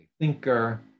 thinker